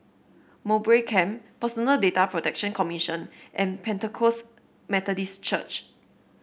Mowbray Camp Personal Data Protection Commission and Pentecost Methodist Church